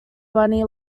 bunny